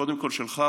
קודם כול שלך,